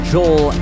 Joel